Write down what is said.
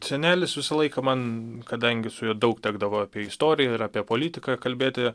senelis visą laiką man kadangi su juo daug tekdavo apie istoriją ir apie politiką kalbėti